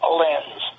lens